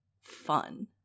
fun